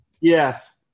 yes